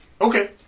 Okay